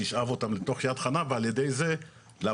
שתשאב אותם לתוך יד חנה ועל ידי זה להפוך